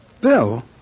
Bill